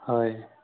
হয়